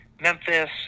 Memphis